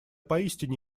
поистине